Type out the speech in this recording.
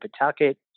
Pawtucket